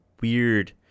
weird